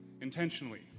intentionally